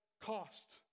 cost